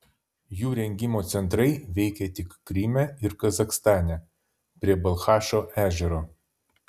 jų rengimo centrai veikė tik kryme ir kazachstane prie balchašo ežero